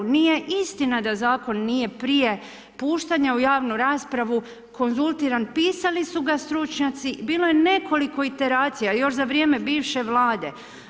Nije istina da zakon nije prije puštanja u javnu raspravu konzultiran, pisali su ga stručnjaci, bilo je nekoliko iteracija još za vrijeme bivše Vlade.